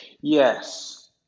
Yes